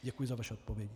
Děkuji za vaše odpovědi.